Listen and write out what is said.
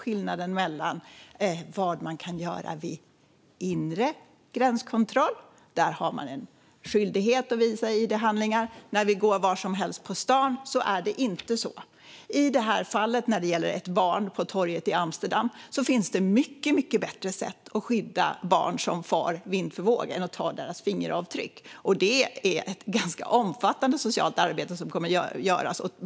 Vid inre gränskontroll har man en skyldighet att visa id-handlingar. När man går var som helst på stan är det inte så. Fredrik Malm tog ett exempel med ett barn på ett torg i Amsterdam. Det finns mycket bättre sätt att skydda barn som far vind för våg än att ta deras fingeravtryck. Det är ett ganska omfattande socialt arbete som kommer att göras.